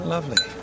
Lovely